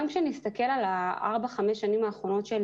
גם כשנסתכל על ארבע-חמש השנים האחרונות של